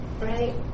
right